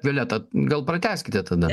violeta gal pratęskite tada